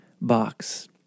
box